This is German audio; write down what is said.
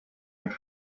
mit